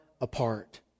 apart